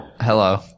Hello